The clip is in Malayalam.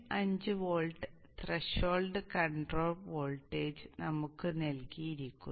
5 വോൾട്ടിൽ ത്രെഷോൾഡ് കൺട്രോൾ വോൾട്ടേജ് നമുക്ക് നൽകിയിരിക്കുന്നു